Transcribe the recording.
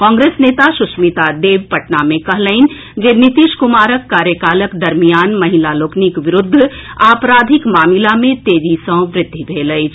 कांग्रेस नेता सुष्मिता देव पटना मे कहलनि जे नीतीश कुमारक कार्यकालक दरमियान महिला लोकनिक विरूद्ध आपराधिक मामिला मे तेजी सँ वृद्धि भेल अछि